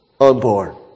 unborn